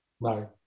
No